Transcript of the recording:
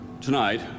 Tonight